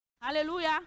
Hallelujah